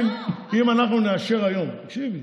אם אנחנו נאשר היום, לא, אבל, תקשיבי,